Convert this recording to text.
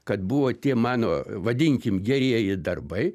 kad buvo tie mano vadinkim gerieji darbai